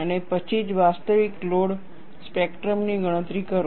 અને પછી જ વાસ્તવિક લોડ સ્પેક્ટ્રમની ગણતરી કરો